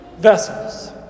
vessels